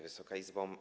Wysoka Izbo!